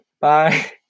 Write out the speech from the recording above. Bye